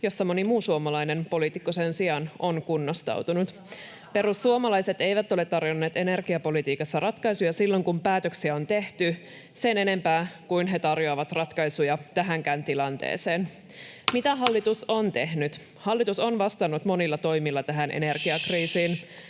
missä moni muu suomalainen poliitikko sen sijaan on kunnostautunut. Perussuomalaiset eivät ole tarjonneet energiapolitiikassa ratkaisuja silloin, kun päätöksiä on tehty, sen enempää kuin he tarjoavat ratkaisuja tähänkään tilanteeseen. Mitä hallitus on tehnyt? Hallitus on vastannut monilla toimilla tähän energiakriisiin